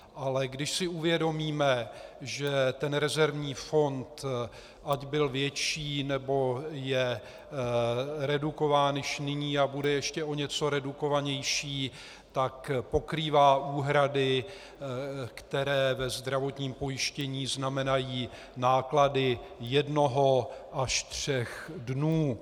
Ale když si uvědomíme, že ten rezervní fond, ať byl větší, nebo je redukován již nyní a bude ještě o něco redukovanější, tak pokrývá úhrady, které ve zdravotním pojištění znamenají náklady jednoho až tří dnů.